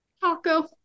Taco